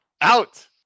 out